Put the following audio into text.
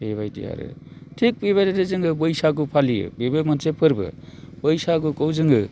बेबायदि आरो थिग बेबायदिनो जोङो बैसागु फालियो बेबो मोनसे फोरबो बैसागुखौ जोङो